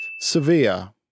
Sevilla